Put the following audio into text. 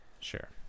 sure